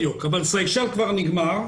בדיוק, אבל סיישל כבר נגמר.